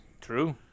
True